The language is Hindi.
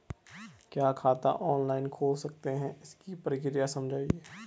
क्या खाता ऑनलाइन खोल सकते हैं इसकी प्रक्रिया समझाइए?